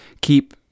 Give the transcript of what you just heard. keep